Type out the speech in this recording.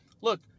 look